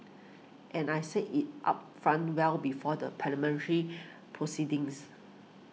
and I said it upfront well before the Parliamentary proceedings